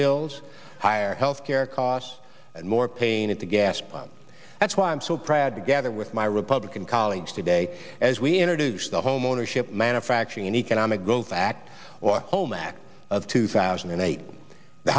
bills higher health care costs and more pain at the gas pump that's why i'm so proud together with my republican colleagues today as we introduce the homeownership manufacturing and economic growth act or home act of two thousand and eight